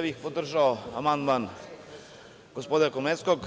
Podržao bih amandman gospodina Komlenskog